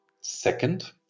Second